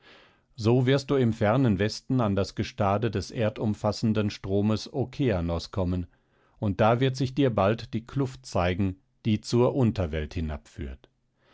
so wirst du im fernen westen an das gestade des erdumfassenden stromes okeanos kommen und da wird sich dir bald die kluft zeigen die zur unterwelt